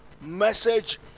message